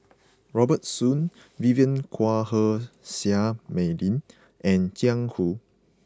Robert Soon Vivien Quahe Seah Mei Lin and Jiang Hu